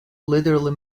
literally